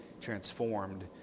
transformed